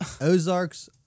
Ozark's